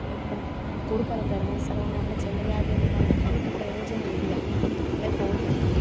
ഇപ്പം കുറുക്കനൊക്കെ ഇറങ്ങുന്ന സ്ഥലമാണേ അവിടെ ചെമ്പരിയാടിനെ ഒന്നും വളർത്തിയിട്ട് പ്രയോജനമില്ല കോഴി ഒന്നും